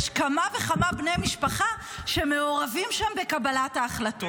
יש כמה וכמה בני משפחה שמעורבים שם בקבלת ההחלטות.